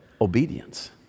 Obedience